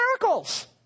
miracles